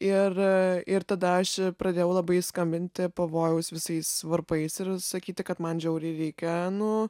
ir ir tada aš pradėjau labai skambinti pavojaus visais varpais ir sakyti kad man žiauriai reikia nu